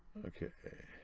okay.